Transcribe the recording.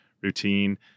routine